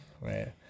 right